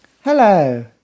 Hello